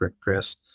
Chris